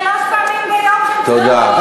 שלוש פעמים ביום, זה נקרא, ?